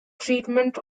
treatment